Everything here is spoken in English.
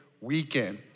Weekend